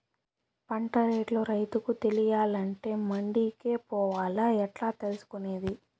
పంట రేట్లు రైతుకు తెలియాలంటే మండి కే పోవాలా? ఎట్లా తెలుసుకొనేది?